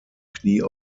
knie